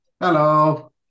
Hello